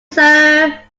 sir